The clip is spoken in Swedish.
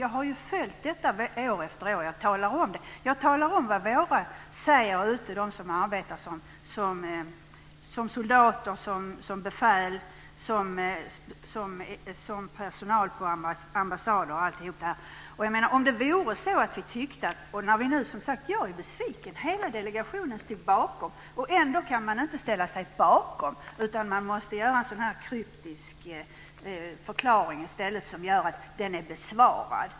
Jag har följt detta år efter år, och jag talar om vad de våra säger därute - de som arbetar som soldater, som befäl, som personal på ambassader osv. Jag är som sagt besviken. Hela delegationen stod bakom detta, och ändå kan utskottet inte ställa sig bakom det utan måste i stället göra en sådan kryptisk förklaring som att motionen är besvarad.